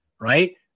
right